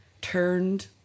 turned